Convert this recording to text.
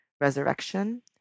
resurrection